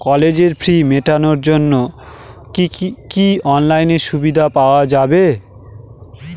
কলেজের ফি মেটানোর জন্য কি অনলাইনে সুবিধা পাওয়া যাবে?